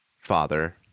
father